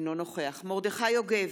אינו נוכח מרדכי יוגב,